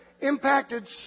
impacted